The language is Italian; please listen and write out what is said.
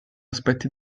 aspetti